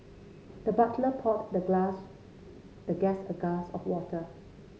the butler poured the glass the guest a glass of water